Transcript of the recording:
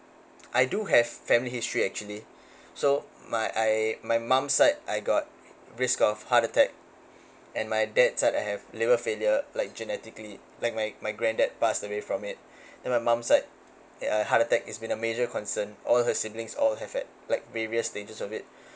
I do have family history actually so my I my mum side I got risk of heart attack and my dad side I have liver failure like genetically like my my grand dad pass away from it then my mum side uh heart attack it's been a major concern all her siblings all have that like various stages of it